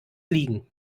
liegen